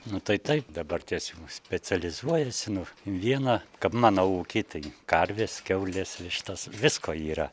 nu tai taip dabarties specializuojasi nu vieną kad mano ūky tai karvės kiaulės vištos visko yra